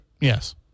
Yes